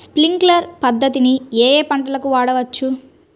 Sprinkler పద్ధతిని ఏ ఏ పంటలకు వాడవచ్చు?